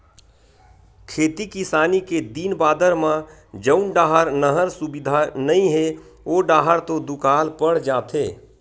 खेती किसानी के दिन बादर म जउन डाहर नहर सुबिधा नइ हे ओ डाहर तो दुकाल पड़ जाथे